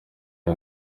ngo